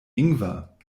ingwer